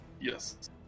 Yes